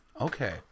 Okay